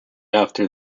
after